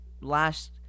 last